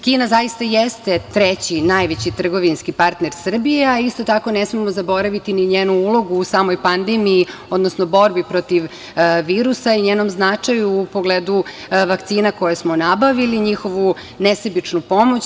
Kina zaista jeste treći najveći trgovinski partner Srbije, a isto tako ne smemo zaboraviti ni njenu ulogu u samoj pandemiji, odnosno borbi protiv virusa i njenom značaju u pogledu vakcina koje smo nabavili, njihovu nesebičnu pomoć.